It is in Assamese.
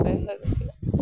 হৈ গ'ল চাগে